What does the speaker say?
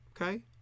Okay